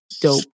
dope